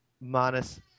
minus